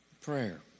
prayer